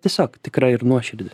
tiesiog tikra ir nuoširdi